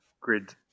grid